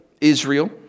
Israel